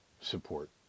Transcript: support